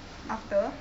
after